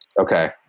Okay